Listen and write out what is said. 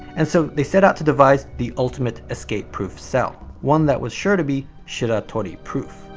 and so they set out to devise the ultimate escape-proof cell, one that was sure to be shiratori proof.